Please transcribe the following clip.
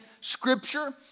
Scripture